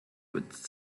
with